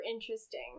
interesting